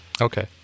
Okay